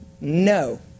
No